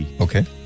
okay